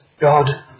God